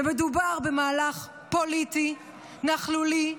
ומדובר במהלך פוליטי, נכלולי,